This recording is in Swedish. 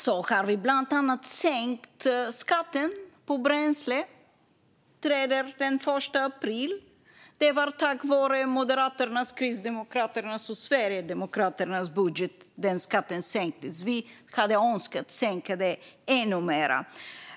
Vi har bland annat sänkt skatten på bränsle; detta träder i kraft den 1 april. Det var tack vare Moderaternas, Kristdemokraternas och Sverigedemokraternas budget som den skatten sänktes. Vi hade önskat sänka den ännu mer.